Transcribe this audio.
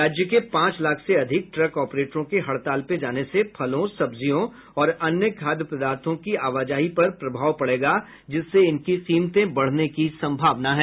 राज्य के पांच लाख से अधिक ट्रक ऑपरेटर के हड़ताल पर जाने से फलों सब्जियों और अन्य खाद्य पदार्थों की आवाजाही पर प्रभाव पड़ेगा जिससे इनकी कीमते बढ़ने की सम्भावना है